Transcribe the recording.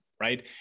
right